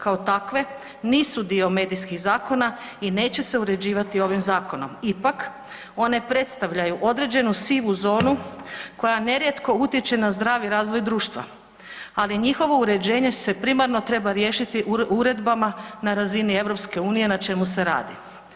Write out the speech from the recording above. Kao takve nisu dio medijskih zakona i neće se uređivati ovim zakonom, ipak one predstavljaju određenu sivu zonu koja nerijetko utječe na zdravi razvoj društva, ali njihovo uređenje se primarno treba riješiti uredbama na razini EU na čemu se radi.